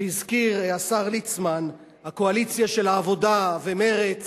שהזכיר השר ליצמן, הקואליציה של העבודה ומרצ